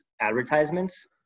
advertisements